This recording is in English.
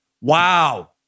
Wow